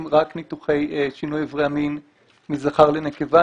רק ניתוחי שינוי אברי המין מזכר לנקבה.